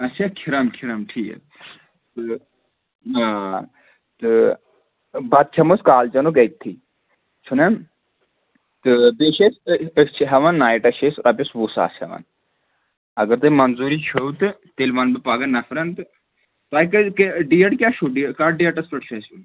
اچھا کھِرَم کھِرَم ٹھیٖک تہٕ تہٕ بَتہٕ کھیٚمو أسۍ کالچَنُک أتتھٕے چھُنہ تہٕ بیٚیہِ چھِ أسۍ أسۍ چھِ ہٮ۪وان نایٹَس چھِ أسۍ رۄپیَس وُہ ساس ہٮ۪وان اگر تۄہہِ منظوٗری چھُو تہٕ تیٚلہِ وۄنۍ بہٕ پَگہہ نَفرَن تہٕ تۄہہِ ڈیٹ کیٛاہ چھُ ڈیٹ کَتھ ڈیٹَس پٮ۪ٹھ چھِ اَسہِ یُن